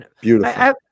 Beautiful